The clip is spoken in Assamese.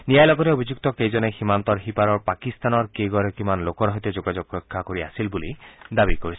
নিয়াই লগতে অভিযুক্তকেইজনে সীমান্তৰ সিপাৰৰ পাকিস্তানৰ কেইগৰাকীমান লোকৰ সৈতে যোগাযোগ ৰক্ষা কৰি আছিল বুলি দাবী কৰিছে